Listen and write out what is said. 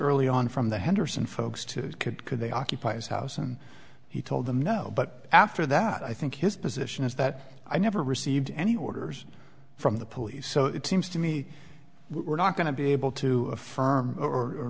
early on from the henderson folks to could could they occupy his house and he told them no but after that i think his position is that i never received any orders from the police so it seems to me we're not going to be able to affirm or